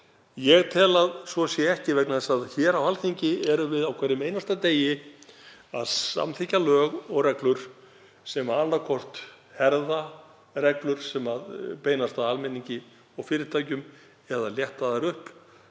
Ég tel að svo sé ekki vegna þess að hér á Alþingi erum við á hverjum einasta degi að samþykkja lög og reglur sem annaðhvort herða reglur sem beinast að almenningi og fyrirtækjum eða létta þær.